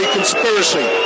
conspiracy